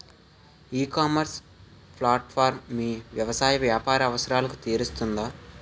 ఈ ecommerce platform మీ వ్యవసాయ వ్యాపార అవసరాలను తీరుస్తుందా?